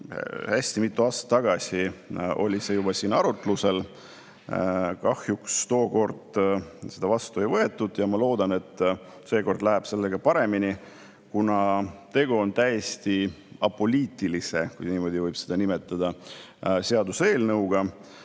korda. Mitu aastat tagasi oli see juba siin arutlusel. Kahjuks tookord seda vastu ei võetud. Ma loodan, et seekord läheb sellega paremini, kuna tegu on täiesti apoliitilise – kui niimoodi võib seda nimetada – seaduseelnõuga. Iseenesest